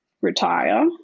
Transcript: retire